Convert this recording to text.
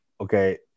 okay